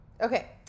Okay